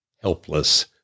helpless